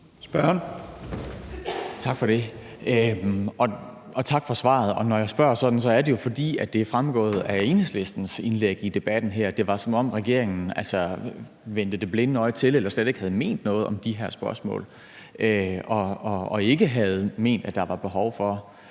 Petersen (S): Tak for det, og tak for svaret. Når jeg spørger sådan, er det jo, fordi det er fremgået af Enhedslistens indlæg i debatten her, at det var, som om regeringen vendte det blinde øje til eller slet ikke havde ment noget om de her spørgsmål og ikke havde ment, at der var behov for